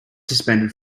suspended